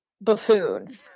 buffoon